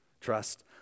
Trust